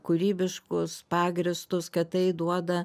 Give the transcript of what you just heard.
kūrybiškus pagrįstus kad tai duoda